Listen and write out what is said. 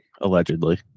Allegedly